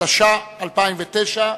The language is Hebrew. התש"ע 2009,